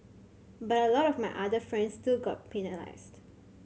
but a lot of my other friends still got penalised